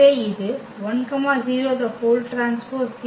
எனவே இது 1 0T